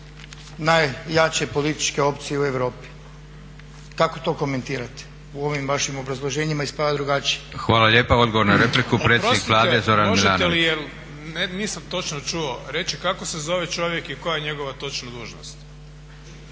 najjače političke opcije u Europi. Kako to komentirate? U ovim vašim obrazloženjima ispada drugačije. **Leko, Josip (SDP)** Hvala lijepa, odgovor na repliku, predsjednik Vlade Zoran Milanović. **Milanović, Zoran (SDP)** Oprostite možete li, jer nisam točno čuo reći kako se zove čovjek i koja je njegova točno dužnost?